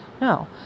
No